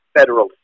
federal